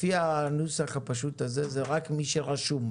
לפי הנוסח הפשוט הזה, זה רק מי שרשום.